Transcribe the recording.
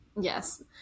Yes